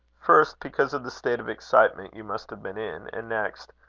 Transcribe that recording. first, because of the state of excitement you must have been in and next,